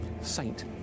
saint